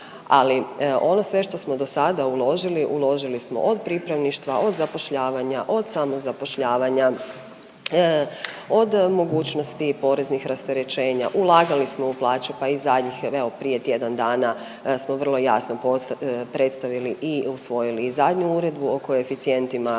Ali ono sve što smo do sada uložili uložili smo od pripravništva, od zapošljavanja, od samozapošljavanja, od mogućnosti poreznih rasterećenja, ulagali smo u plaće, pa i zadnjih evo prije tjedan dana smo vrlo jasno predstavili i usvojili i zadnju Uredbu o koeficijentima